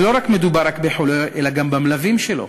ולא מדובר רק בחולה, אלא גם במלווים שלו.